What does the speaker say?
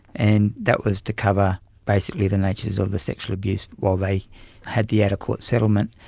and that was to cover basically the nature of the sexual abuse while they had the adequate settlement.